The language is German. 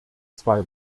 zwei